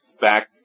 back